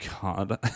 God